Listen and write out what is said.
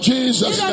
Jesus